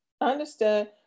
Understood